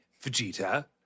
Vegeta